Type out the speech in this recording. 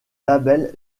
label